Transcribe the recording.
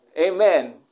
Amen